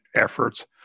efforts